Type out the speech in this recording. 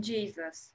Jesus